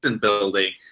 building